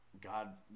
God